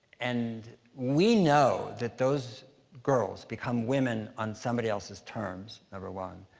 and we know that those girls become women on somebody else's terms, number one.